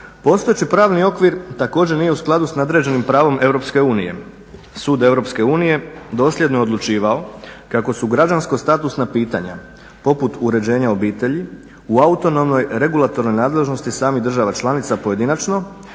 Postojeći pravni okvir također nije u skladu sa nadređenim pravom Europske unije. Sud Europske unije dosljedno je odlučivao kako su građansko-statusna pitanja poput uređenja obitelji u autonomnoj regulatornoj nadležnosti samih država članica pojedinačno